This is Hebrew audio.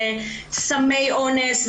סמי אונס,